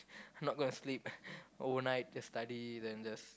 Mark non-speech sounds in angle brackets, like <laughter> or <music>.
not gonna sleep <breath> overnight just study then just